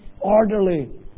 orderly